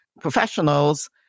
professionals